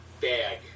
bag